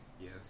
Yes